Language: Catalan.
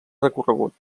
recorregut